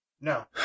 No